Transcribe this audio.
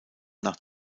nach